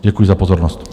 Děkuji za pozornost.